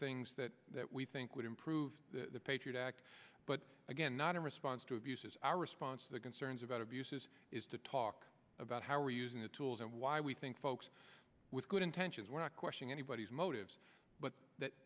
things that we think would improve the patriot act but again not in response to abuses our response to the concerns about abuses is to talk about how we're using the tools and why we think folks with good intentions were not question anybody's motives but that